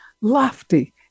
lofty